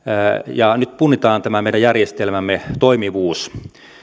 ja nyt punnitaan tämä meidän järjestelmämme toimivuus